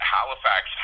Halifax